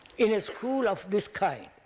in a school of this kind,